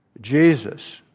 Jesus